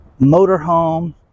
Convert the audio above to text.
motorhome